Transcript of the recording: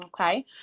okay